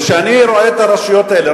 וכשאני רואה את הרשויות האלה,